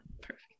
perfect